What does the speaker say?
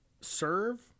serve